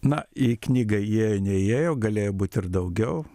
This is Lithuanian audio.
na į knygą jie neįėjo galėjo būt ir daugiau